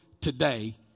today